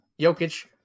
Jokic